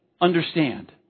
understand